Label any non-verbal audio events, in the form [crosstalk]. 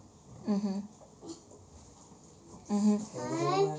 mmhmm mmhmm [noise]